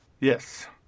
Yes